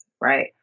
right